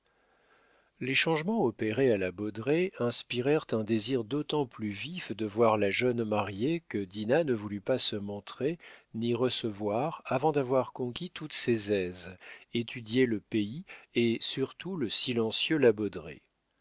les changements opérés à la baudraye inspirèrent un désir d'autant plus vif de voir la jeune mariée que dinah ne voulut pas se montrer ni recevoir avant d'avoir conquis toutes ses aises étudié le pays et surtout le silencieux la